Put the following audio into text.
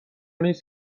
نیست